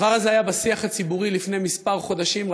הדבר הזה היה בשיח הציבורי לפני כמה חודשים,